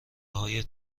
هایت